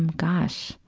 um gosh,